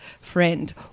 friend